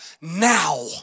now